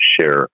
share